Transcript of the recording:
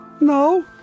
No